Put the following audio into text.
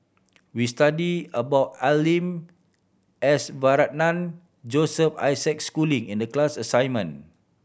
we studied about Al Lim S Varathan Joseph Isaac Schooling in the class assignment